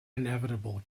inevitable